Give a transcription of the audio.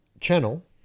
channel